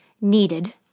needed